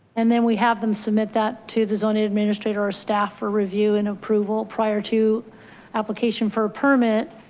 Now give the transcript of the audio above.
and then we have them submit that to the zoning administrator or staff for review and approval prior to application for a permit.